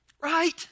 Right